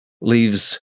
leaves